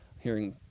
hearing